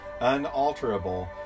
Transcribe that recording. unalterable